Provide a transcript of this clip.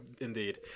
Indeed